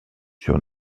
sur